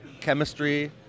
chemistry